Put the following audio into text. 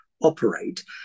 operate